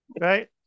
right